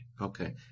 Okay